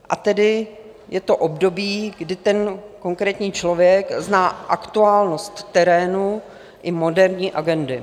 A tedy je to období, kdy ten konkrétní člověk zná aktuálnost terénu i moderní agendy.